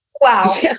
Wow